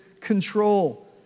control